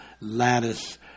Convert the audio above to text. lattice